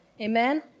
Amen